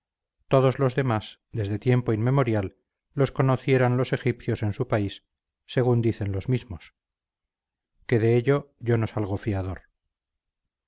todos los demás desde tiempo inmemorial los conociera los egipcios en su país según dicen los mismos que de ello yo no salgo fiador